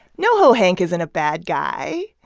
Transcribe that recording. noho hank isn't a bad guy.